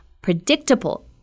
predictable